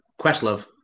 Questlove